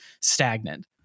stagnant